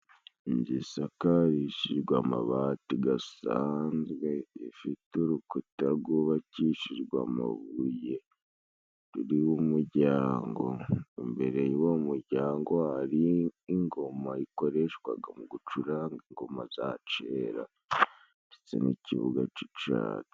Inzu isakarishijwe amabati gasanzwe ifite urukuta rwubakishijwe amabuye ruriho umujyango, imbere y'uwo mujyango hariho ingoma ikoreshwaga mu gucuranga ingoma za cera ndetse n'ikibuga c'icatsi.